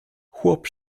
chłop